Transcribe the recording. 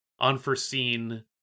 unforeseen